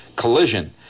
collision